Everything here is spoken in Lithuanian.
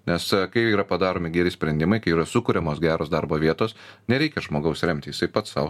nes kai yra padaromi geri sprendimai kai yra sukuriamos geros darbo vietos nereikia žmogaus remt jisai pats sau